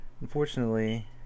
Unfortunately